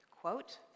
quote